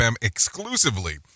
exclusively